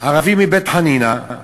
ערבי מבית-חנינא,